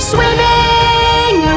Swimming